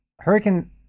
Hurricane